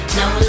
no